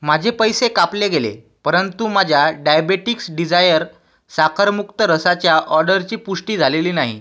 माझे पैसे कापले गेले परंतु माझ्या डायबेटीक्स डिजायर साखरमुक्त रसाच्या ऑर्डरची पुष्टी झालेली नाही